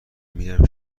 میرم